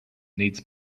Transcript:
needs